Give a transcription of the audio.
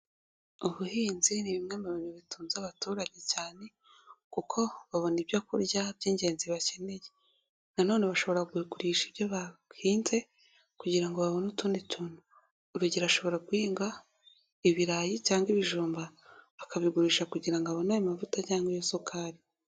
Ubuhinzi ni bimwe mu bintu bitunze abaturage cyane kuko babona ibyo kurya by'ingenzi bakeneye, nanone bashobora kugurisha ibyo bahinze kugira ngo babone utundi tuntu, urugero ashobora guhinga ibirayi cyangwa ibijumba akabigurisha kugira ngo abone ayo mavuta cyangwa iyo sukari.